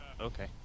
okay